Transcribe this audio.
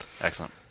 Excellent